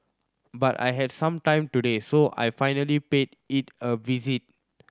but I had some time today so I finally paid it a visit